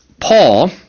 Paul